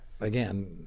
again